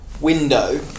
window